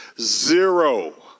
Zero